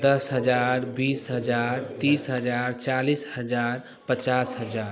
दस हज़ार बीस हज़ार तीस हज़ार चालीस हज़ार पचास हज़ार